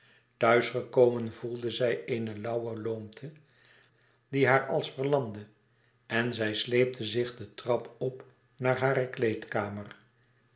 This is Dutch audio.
gekomen voelde zij eene lauwe loomte die haar als verlamde en zij sleepte zich de trap op naar hare kleedkamer